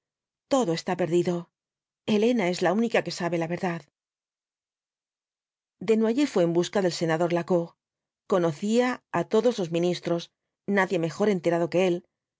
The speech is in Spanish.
todo está perdido elena es la única que sabe la verdad desnoyers fué en busca del senador lacour conocía á todos los ministros nadie mejor enterado que él